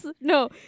No